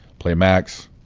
play max,